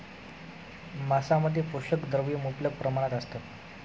मांसामध्ये पोषक द्रव्ये मुबलक प्रमाणात असतात